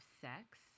sex